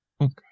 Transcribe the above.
okay